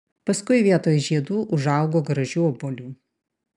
paskui vietoj žiedų užaugo gražių obuolių